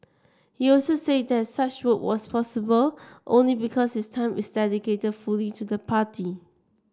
he also said that such work was possible only because his time is dedicated fully to the party